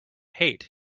hate